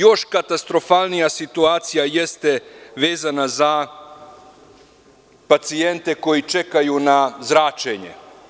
Još katastrofalnija situacija jeste vezana za pacijente koji čekaju na zračenje.